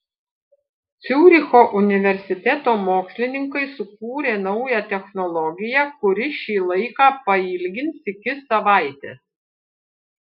ciuricho universiteto mokslininkai sukūrė naują technologiją kuri šį laiką pailgins iki savaitės